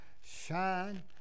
shine